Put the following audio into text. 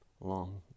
Long